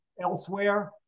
elsewhere